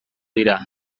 dira